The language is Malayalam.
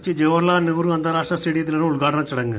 കൊച്ചി ജവഹർലാൽ നെഹ്റു അന്താരാഷ്ട്ര സ്റ്റേഡിയത്തിലാണ് ഉദ്ഘാടന ചടങ്ങ്